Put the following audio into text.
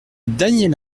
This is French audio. daniel